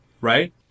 right